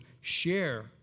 share